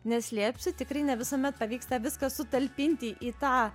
neslėpsiu tikrai ne visuomet pavyksta viską sutalpinti į tą